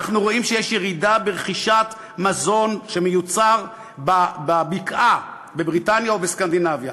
אנחנו רואים שיש ירידה ברכישת מזון שמיוצר בבקעה בבריטניה ובסקנדינביה,